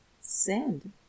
send